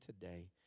today